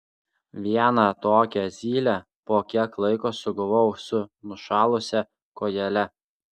vieną tokią zylę po kiek laiko sugavau su nušalusia kojele